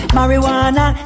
Marijuana